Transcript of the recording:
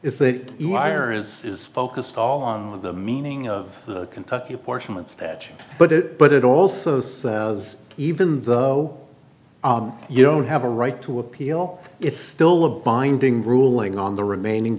is is focused all on the meaning of the kentucky apportionment statute but it but it also says even though you don't have a right to appeal it's still a binding ruling on the remaining